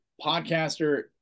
podcaster